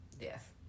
Yes